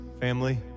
family